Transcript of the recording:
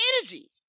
energy